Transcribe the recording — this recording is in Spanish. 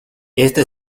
este